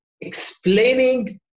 explaining